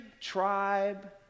tribe